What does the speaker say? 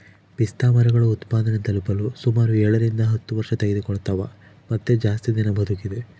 ಪಿಸ್ತಾಮರಗಳು ಉತ್ಪಾದನೆ ತಲುಪಲು ಸುಮಾರು ಏಳರಿಂದ ಹತ್ತು ವರ್ಷತೆಗೆದುಕೊಳ್ತವ ಮತ್ತೆ ಜಾಸ್ತಿ ದಿನ ಬದುಕಿದೆ